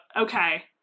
okay